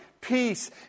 peace